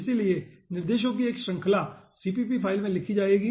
इसलिए निर्देशों की एक श्रृंखला CPP फाइल में लिखी जाएगी